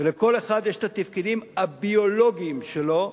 ולכל אחד יש את התפקידים הביולוגיים שלו,